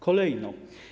Kolejno.